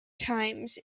times